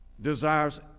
desires